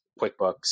QuickBooks